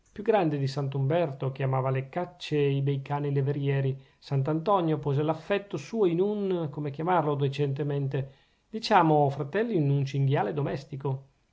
più grande di sant'uberto che amava le cacce e i bei cani levrieri sant'antonio pose l'affetto suo in un come chiamarlo decentemente diciamo o fratelli in un cinghiale domestico